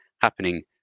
happening